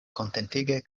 kontentige